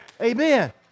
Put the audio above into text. Amen